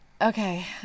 Okay